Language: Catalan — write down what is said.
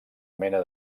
mena